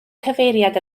cyfeiriad